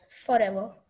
forever